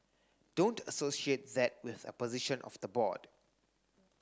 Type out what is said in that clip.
don't associate that with a position of the board